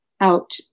out